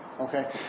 Okay